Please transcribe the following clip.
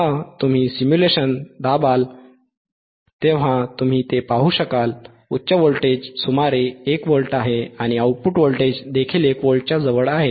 तर जेव्हा तुम्ही सिम्युलेशन दाबाल तेव्हा तुम्ही हे पाहू शकाल उच्च व्होल्टेज सुमारे 1 व्होल्ट आहे आणि आउटपुट व्होल्टेज देखील 1 व्होल्टच्या जवळ आहे